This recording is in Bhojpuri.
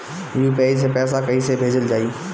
यू.पी.आई से पैसा कइसे भेजल जाई?